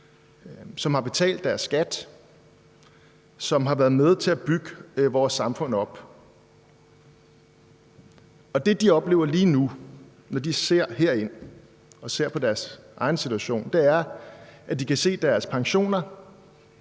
som har betalt deres skat, og som har været med til at bygge vores samfund op. Og det, de oplever lige nu, når de ser herind og ser på deres egen situation, er, at de kan se deres pensioner